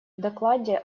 докладе